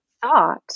thought